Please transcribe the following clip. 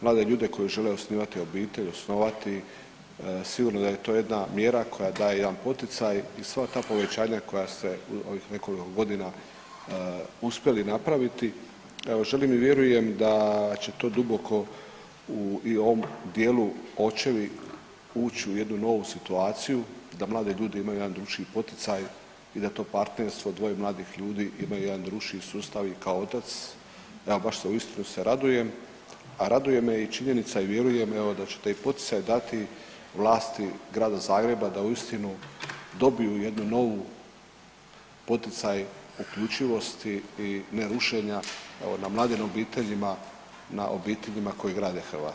Mlade ljude koji žele osnivati obitelj, osnovati, sigurno da je to jedna mjera koja daje jedan poticaj i sva ta povećanja koja ste, ovih nekoliko godina uspjeli napraviti, evo želim i vjerujem da će to duboko i u ovom dijelu očevi ući u jednu novu situaciju da mlade ljudi imaju jedan drukčiji poticaj i da je to partnerstvo dvoje mladih ljudi, imaju jedan drukčiji sustav i kao otac, evo baš se uistinu se radujem, a raduje me i činjenica i vjerujem evo, da ćete i poticaj dati vlasti Grada Zagreba da uistinu dobiju jednu novu poticaj uključivosti i ne rušenja na mladim obiteljima, na obiteljima koji grade Hrvatsku.